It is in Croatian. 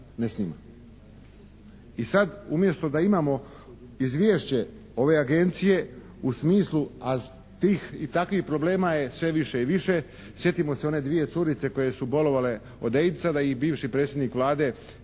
I sada, umjesto da imamo izvješće ove agencije u smislu a tih i takvih problema je sve više i više. Sjetimo se one dvije curice koje su bolovale od AIDS-a da ih je bivši predsjednik Vlade